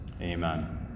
Amen